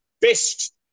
best